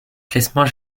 classement